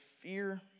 fear